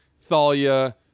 Thalia